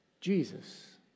Jesus